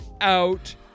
out